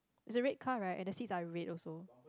it's a red car right and the seats are red also